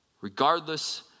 regardless